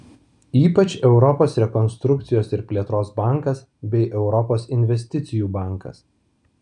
ypač europos rekonstrukcijos ir plėtros bankas bei europos investicijų bankas